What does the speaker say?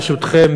ברשותכם,